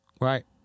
Right